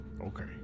Okay